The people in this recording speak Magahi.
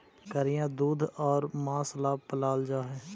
बकरियाँ दूध और माँस ला पलाल जा हई